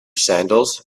sandals